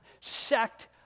sect